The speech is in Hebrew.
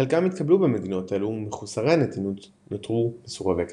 חלקם התקבלו במדינות אלו ומחוסרי הנתינות נותרו מסורבי כניסה.